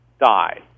die